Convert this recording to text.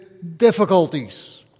difficulties